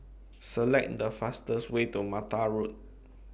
Select The fastest Way to Mattar Road